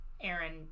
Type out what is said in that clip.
aaron